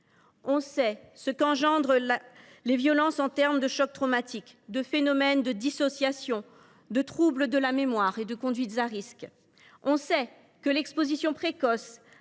On sait ce qu’engendrent les violences en termes de chocs traumatiques, de phénomènes de dissociation, de troubles de la mémoire et de conduites à risque. On sait que l’exposition précoce